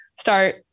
start